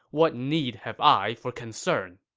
what need have i for concern?